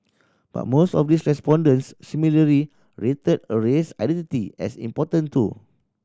but most of these respondents similarly rated a race identity as important too